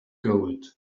gold